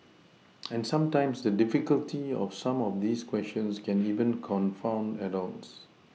and sometimes the difficulty of some of these questions can even confound adults